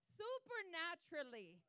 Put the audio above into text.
supernaturally